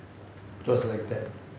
it was like that